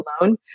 alone